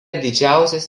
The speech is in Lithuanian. didžiausias